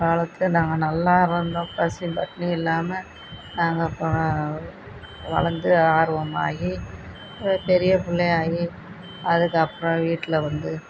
வளர்த்து நாங்கள் நல்லா இருந்தோம் பசியும் பட்டினியும் இல்லாமல் நாங்கள் அப்புறம் வளர்ந்து ஆர்வமாகி பெரிய பிள்ளையாகி அதுக்கப்புறம் வீட்டில் வந்து